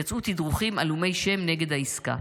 יצאו תדרוכים עלומי שם נגד העסקה.